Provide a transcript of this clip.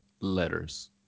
letters